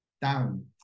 down